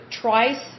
twice